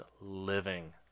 living